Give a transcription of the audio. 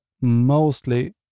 mostly